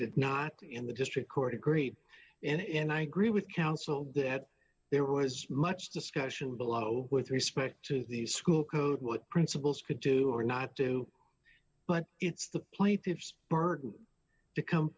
did not in the district court agreed and i agree with counsel that there was much discussion below with respect to the school code what principals could do or not do but it's the plaintiff's burden to come